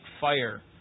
fire